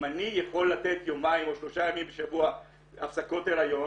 אם אני יכול לתת יומיים או שלושה ימים בשבוע הפסקות הריון